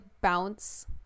bounce